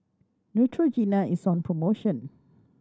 Neutrogena is on promotion